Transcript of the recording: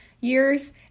years